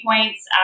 points